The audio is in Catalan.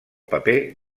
paper